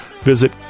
visit